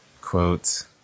Quotes